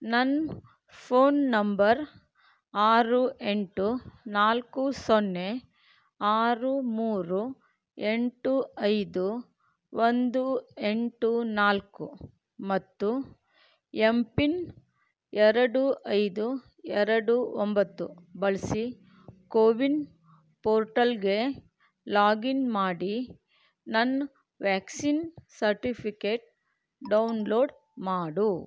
ನನ್ನ phone number ಆರು ಎಂಟು ನಾಲ್ಕು ಸೊನ್ನೆ ಆರು ಮೂರು ಎಂಟು ಐದು ಒಂದು ಎಂಟು ನಾಲ್ಕು ಮತ್ತು ಎಮ್ ಪಿನ್ ಎರಡು ಐದು ಎರಡು ಒಂಬತ್ತು ಬಳಸಿ ಕೋವಿನ್ ಪೋರ್ಟಲಿಗೆ ಲಾಗಿನ್ ಮಾಡಿ ನನ್ನ ವ್ಯಾಕ್ಸಿನ್ ಸರ್ಟಿಫಿಕೇಟ್ ಡೌನ್ಲೋಡ್ ಮಾಡು